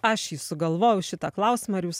aš jį sugalvojau šitą klausimą ar jūs